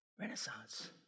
Renaissance